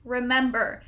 Remember